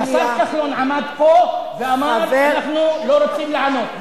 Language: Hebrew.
השר כחלון עמד פה ואמר: אנחנו לא רוצים לענות.